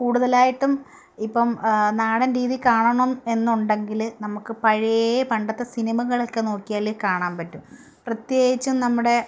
കൂടുതലായിട്ടും ഇപ്പം നാടൻ രീതി കാണണം എന്നുണ്ടെങ്കിൽ നമുക്ക് പഴയ പണ്ടത്തെ സിനിമകളൊക്കെ നോക്കിയാൽ കാണാൻ പറ്റും പ്രത്യേകിച്ചും നമ്മുടെ